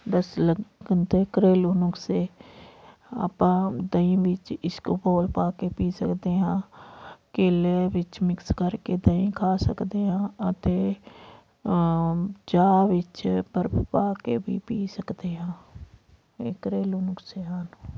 ਦਸਤ ਲੱਗਣ ਤੇ ਘਰੇਲੂ ਨੁਖ਼ਸੇ ਆਪਾ ਦਹੀ ਵਿੱਚ ਇਸਬਗੋਲ ਪਾ ਕੇ ਪੀ ਸਕਦੇ ਹਾਂ ਕੇਲੇ ਵਿੱਚ ਮਿਕਸ ਕਰਕੇ ਦਹੀ ਖਾ ਸਕਦੇ ਹਾਂ ਅਤੇ ਚਾਹ ਵਿੱਚ ਬਰਫ਼ ਪਾ ਕੇ ਵੀ ਪੀ ਸਕਦੇ ਹਾਂ ਇਹ ਘਰੇਲੂ ਨੁਖ਼ਸੇ ਹਨ